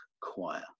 Choir